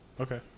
Okay